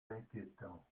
inquiétant